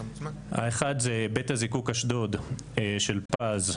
האחד זה בית הזיקוק אשדוד של פז,